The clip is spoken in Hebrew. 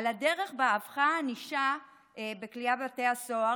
על הדרך שבה הפכה הענישה בכליאה בבתי הסוהר